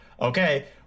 okay